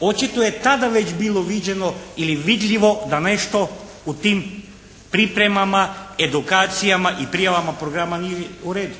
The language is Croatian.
Očito je tada već bilo viđeno ili vidljivo da nešto u tim pripremama, edukacijama i prijavama programa nije u redu.